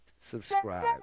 subscribe